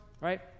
right